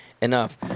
enough